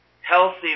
Healthy